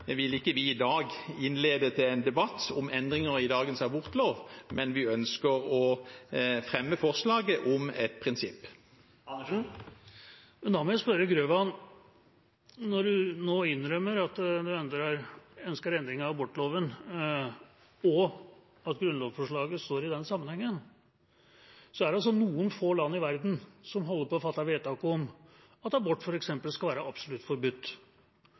vi ikke i dag innlede en debatt om endringer i dagens abortlov, men vi ønsker å fremme forslaget om et prinsipp. Da må jeg spørre representanten Grøvan – når han nå innrømmer at han ønsker en endring av abortloven, at grunnlovsforslaget står i den sammenhengen, og det er noen få land i verden som holder på å fatte vedtak om at abort f.eks. skal være absolutt forbudt,